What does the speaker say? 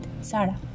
Sarah